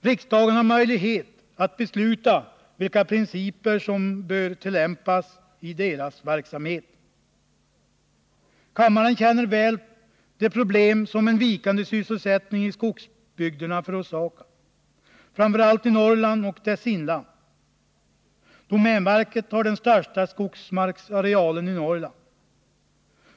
Riksdagen har möjlighet att besluta vilka principer som bör tillämpas i domänverkets verksamhet. Kammarens ledamöter känner väl till de problem som en vikande sysselsättning i skogsbygderna förorsakar. Framför allt gäller problemen Norrland och företrädesvis dess inland. Domänverket har den största skogsmarksarealen i Norrland.